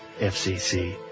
FCC